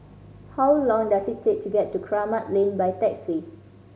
how long does it take to get to Kramat Lane by taxi